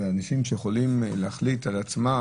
אנשים יכולים להחליט על עצמם,